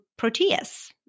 proteas